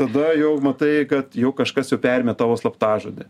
tada jau matai kad jau kažkas jau perimė tavo slaptažodį